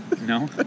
No